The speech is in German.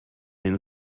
den